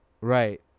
Right